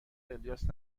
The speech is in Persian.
الیاس